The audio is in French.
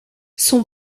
son